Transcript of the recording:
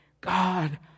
God